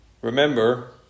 Remember